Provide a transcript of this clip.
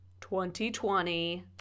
2020